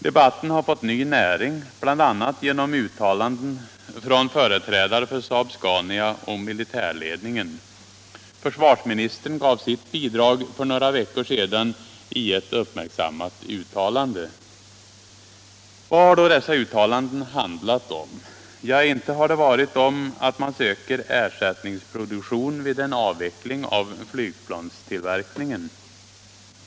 Debatten har fått ny näring bl.a. genom uttalanden från företrädare för SAAB-SCANIA och militärledningen. Försvarsministern gav sitt bidrag för några veckor sedan i ett uppmärksammat uttalande. Vad har då dessa uttalanden handlat om? Ja, inte har det varit om att man söker ersättningsproduktion vid en avveckling av flygplanstillverkningen.